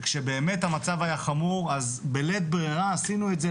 וכשבאמת המצב היה חמור אז בלית ברירה עשינו את זה,